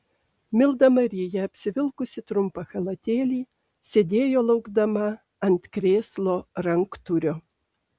milda marija apsivilkusi trumpą chalatėlį sėdėjo laukdama ant krėslo ranktūrio